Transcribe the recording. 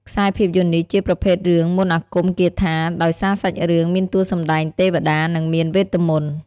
ខ្សែភាពយន្តនេះ ជាប្រភេទរឿងមន្ដអាគមគាថា ដោយសារសាច់រឿងមានតួសម្ដែងទេវតា និងមានវេទមន្ដ។